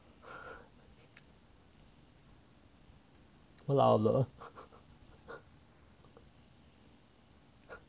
我老了